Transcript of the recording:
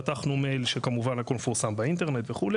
פתחתנו מייל שכמובן הכל מפורסם באינטרנט וכו',